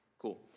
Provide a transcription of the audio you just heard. Cool